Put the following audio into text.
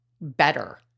better